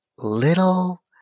little